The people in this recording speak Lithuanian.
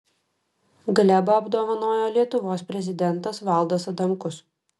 glebą apdovanojo lietuvos prezidentas valdas adamkus